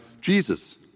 Jesus